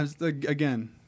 again